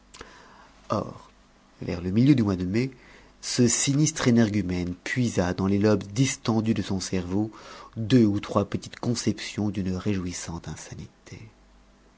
vers le milieu du mois de mai ce sinistre énergumène puisa dans les lobes distendus de son cerveau deux ou trois petites conceptions d'une réjouissante insanité